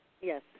Yes